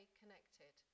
connected